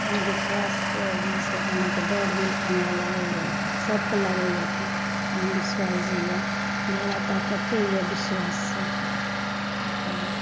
अंधविश्वास जे छै अहाँके डर भेल हमरा लागैया सभके लागैया की अंधविश्वास जे यऽ जादा ताक़तो यऽ विश्वाससऽ एहि कारण